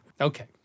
Okay